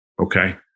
okay